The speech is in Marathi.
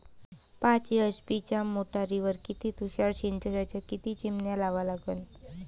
पाच एच.पी च्या मोटारीवर किती तुषार सिंचनाच्या किती चिमन्या लावा लागन?